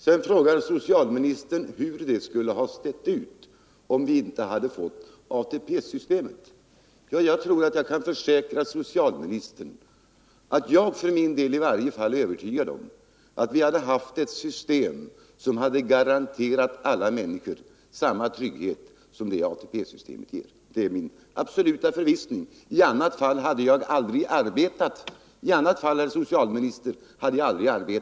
Sedan frågade socialministern hur det skulle ha sett ut om vi inte hade fått ATP-systemet. Jag är övertygad om att vi i så fall hade haft ett system som hade garanterat alla människor samma trygghet som ATP-systemet ger. Det är min absoluta förvissning, i annat fall hade jag aldrig arbetat för det systemet.